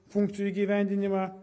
funkcijų įgyvendinimą